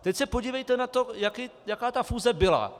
Teď se podívejte na to, jaká ta fúze byla.